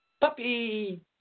puppy